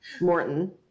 Morton